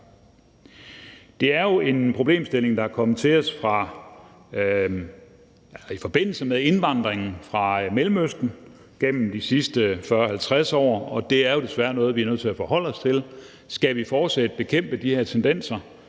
Det er jo en problemstilling, der er kommet til os i forbindelse med indvandringen fra Mellemøsten gennem de sidste 40-50 år, og det er jo desværre noget, vi er nødt til at forholde os til. Skal vi fortsat bekæmpe de her tendenser?